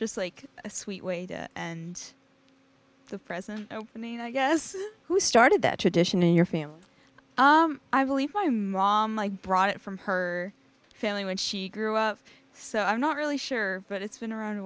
just like a sweet way and the present i mean i guess who started that tradition in your family i believe my mom i brought it from her family when she grew up so i'm not really sure but it's been around a